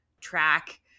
track